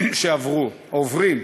שעברו כבר או שעוברים.